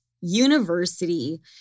University